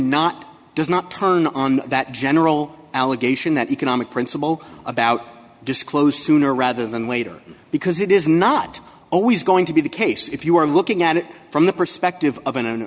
not does not turn on that general allegation that economic principle about disclose sooner rather than later because it is not always going to be the case if you are looking at it from the perspective of an